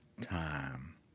time